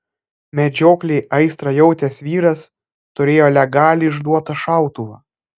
medžioklei aistrą jautęs vyras turėjo legaliai išduotą šautuvą